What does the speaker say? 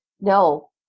no